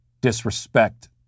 disrespect